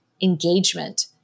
engagement